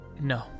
no